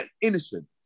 Innocent